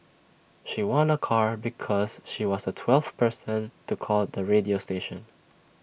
she won A car because she was the twelfth person to call the radio station